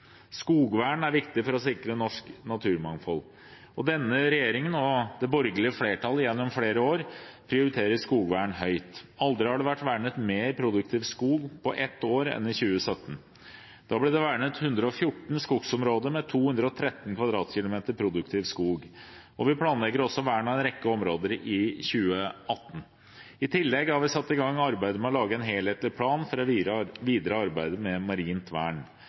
Skogvern er viktig for å sikre norsk naturmangfold. Denne regjeringen, i likhet med det borgerlige flertallet gjennom flere år, prioriterer skogvern høyt. Aldri har det vært vernet mer produktiv skog på ett år enn i 2017. Da ble det vernet 114 skogområder med 213 km 2 produktiv skog. Vi planlegger også vern av en rekke områder i 2018. I tillegg har vi satt i gang arbeidet med å lage en helhetlig plan for det videre arbeidet med marint vern.